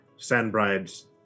Sandbride's